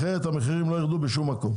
אחרת המחירים לא יירדו בשום מקום.